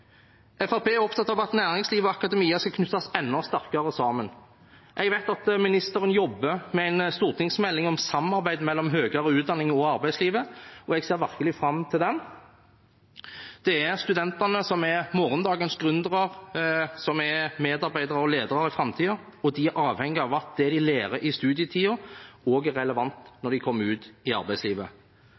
er opptatt av at næringslivet og akademia skal knyttes enda sterkere sammen. Jeg vet at ministeren jobber med en stortingsmelding om samarbeid mellom høyere utdanning og arbeidslivet, og jeg ser virkelig fram til den. Det er studentene som er morgendagens gründere, som er medarbeidere og ledere i framtiden, og de er avhengig av at det de lærer i studietiden, også er relevant når de kommer ut i arbeidslivet.